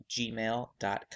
gmail.com